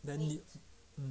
then need